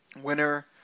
winner